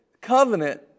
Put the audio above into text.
Covenant